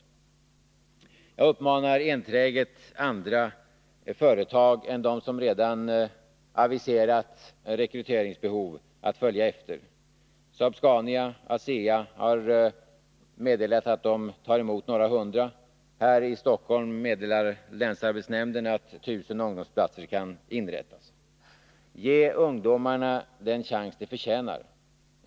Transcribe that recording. ASEA planerar att anställa 300 ungdomar. Saab-Scania kommer att ta emot 250. Här i Stockholm meddelar länsarbetsnämnden att 1000 ungdomsplatser kan inrättas. Jag uppmanar enträget andra att följa efter. Ge ungdomarna den chans de förtjänar.